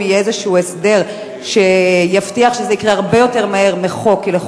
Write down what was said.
אם יהיה איזה הסדר שיבטיח שזה יקרה הרבה יותר מהר מאשר יבטיח החוק,